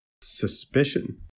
suspicion